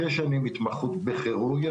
שש שנים התמחות בכירורגיה,